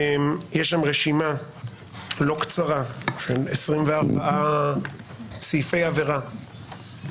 יש שם רשימה לא קצרה של 24 סעיפי עבירה,